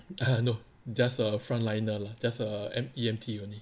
err no just a front liner lah just an E_M_T only